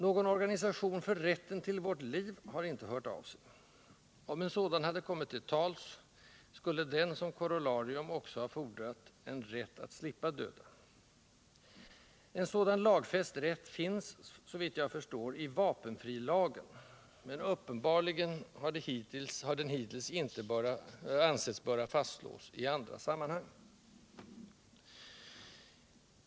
Någon organisation för ”rätten till vårt liv” har inte hört av sig. Om en sådan hade kommit till tals, skulle den som korollarium också ha fordrat en ”rätt att slippa döda”. En sådan lagfäst rätt finns såvitt jag förstår i vapenfrilagen, men den har uppenbarligen hittills inte ansetts böra fastslås i andra sammanhang.